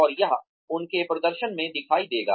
और यह उनके प्रदर्शन में दिखाई देगा